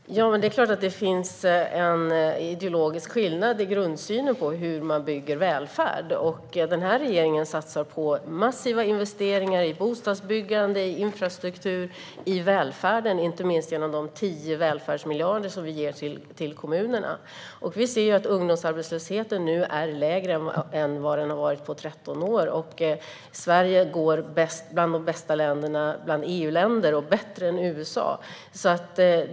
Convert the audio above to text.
Herr talman! Det är klart att det finns en ideologisk skillnad i grundsynen på hur man bygger välfärd. Den här regeringen satsar på massiva investeringar i bostadsbyggande, i infrastruktur och i välfärden, inte minst genom de 10 välfärdsmiljarder som vi ger till kommunerna. Vi ser att ungdomsarbetslösheten nu är lägre än vad den har varit på 13 år. Där är Sverige bland de bästa EU-länderna och bättre än USA.